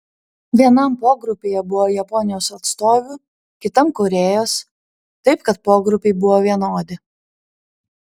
vienam pogrupyje buvo japonijos atstovių kitam korėjos taip kad pogrupiai buvo vienodi